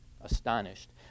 astonished